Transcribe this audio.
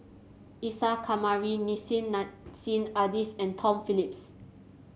Isa Kamari Nissim Nassim Adis and Tom Phillips